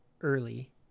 early